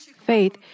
faith